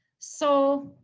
so